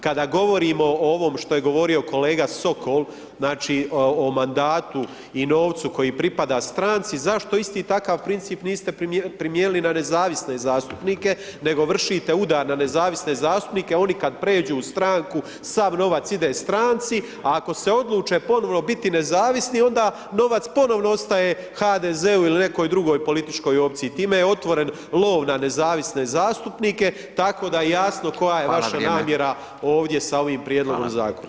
Kada govorimo o ovom što je govorio kolega Sokol, znači, o mandatu i novcu koji pripada stranci, zašto isti takav princip niste primijenili na nezavisne zastupnike, nego vršite udar na nezavisne zastupnike, oni kad pređu u stranku, sav novac ide stranci, a ako se odluče ponovno biti nezavisni, onda novac ponovno ostaje HDZ-u ili nekoj drugoj političkoj opciji, time je otvoren lov na nezavisne zastupnike, tako da je jasno koja je [[Upadica: Hvala, vrijeme]] vaša namjera ovdje sa ovim prijedlogom Zakona.